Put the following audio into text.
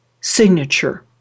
signature